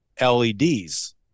LEDs